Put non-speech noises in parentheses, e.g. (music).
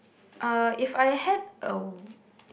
uh If I had a (breath)